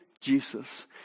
Jesus